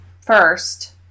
first